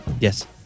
Yes